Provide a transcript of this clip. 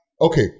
okay